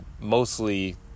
mostly